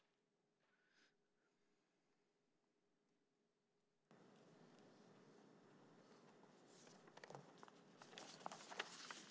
Då Veronica Palm, som framställt interpellationen, anmält att hon var förhindrad att närvara vid sammanträdet medgav förste vice talmannen att Hannah Bergstedt i stället fick delta i överläggningen.